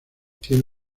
tiene